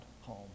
home